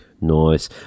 Nice